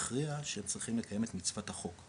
והכריע שצריכים לקיים מצוות החוק.